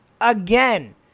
again